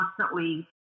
constantly